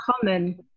common